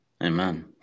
Amen